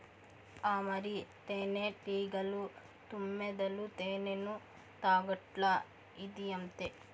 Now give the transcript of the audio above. ఆ మరి, తేనెటీగలు, తుమ్మెదలు తేనెను తాగట్లా, ఇదీ అంతే